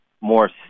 more